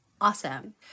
awesome